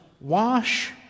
Wash